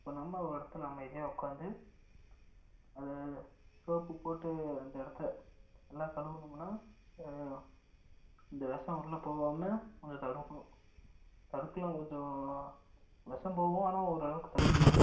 இப்போ நம்ம ஒரு இடத்துல அமைதியாக உக்காந்து அதை சோப்பு போட்டு அந்த இடத்தை நல்லா கழுவுனோம்னால் அந்த விஷம் உள்ள போகாம கொஞ்சம் தடுக்கும் தடுக்கலாம் கொஞ்சம் விஷம் போகும் ஆனால் ஓரளவுக்கு தடுக்கலாம்